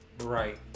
right